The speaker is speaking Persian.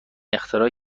اختراع